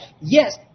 Yes